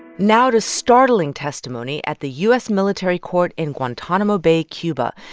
now to startling testimony at the u s. military court in guantanamo bay, cuba.